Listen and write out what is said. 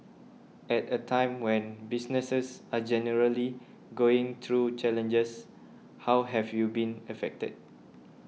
at a time when businesses are generally going through challenges how have you been affected